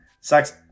Sucks